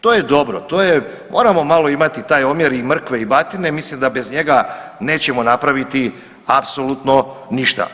To je dobro, to je, moramo malo imati taj omjer i mrkve i batine, mislim da bez njega nećemo napraviti apsolutno ništa.